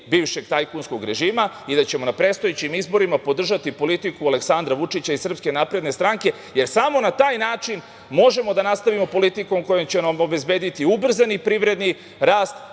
bivšeg tajkunskog režima, i da ćemo na predstojećim izborima podržati politiku Aleksandra Vučića i SNS, jer samo na taj način možemo da nastavimo politiku kojom ćemo obezbediti ubrzani privredni rast,